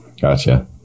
Gotcha